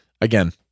again